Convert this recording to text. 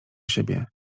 siebie